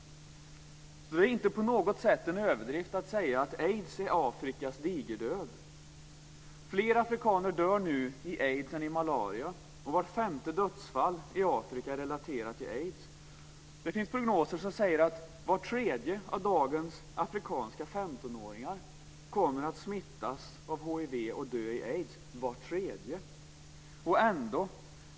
Därför är det inte på något sätt en överdrift att säga att aids är Afrikas digerdöd. Fler afrikaner dör nu i aids än i malaria, och vart femte dödsfall i Afrika är relaterat till aids. Det finns prognoser som säger att var tredje av dagens afrikanska femtonåringar kommer att smittas av hiv och dö i aids - var tredje!